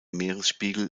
meeresspiegel